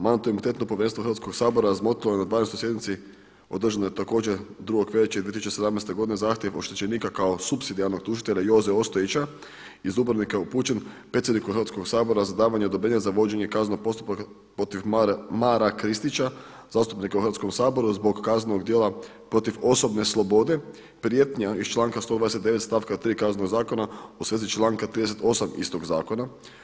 Mandatno-imunitetno povjerenstvo Hrvatskog sabora razmotrilo je na 12. sjednici održanoj dana 2. veljače 2017. godine zahtjev oštećenika kao supsidijarnog tužitelja Joze Ostojića iz Dubrovnika upućen predsjedniku Hrvatskog sabora za davanje odobrenja za vođenje kaznenog postupka protiv Mara Kristića zastupnika u Hrvatskom saboru zbog kaznenog djela protiv osobne slobode, prijetnja iz članka 129. stavka 3. Kaznenog zakona u svezi članka 38. istog zakona.